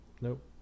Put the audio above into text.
nope